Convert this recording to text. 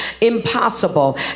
impossible